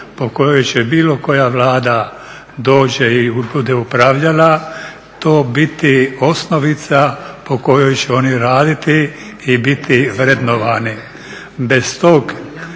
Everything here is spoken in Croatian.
po kojem će bilo koja Vlada dođe i bude upravljala to biti osnovica po kojoj će oni raditi i biti vrednovani. Bez tog